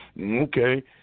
Okay